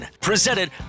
presented